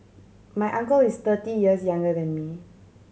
my uncle is thirty years younger than me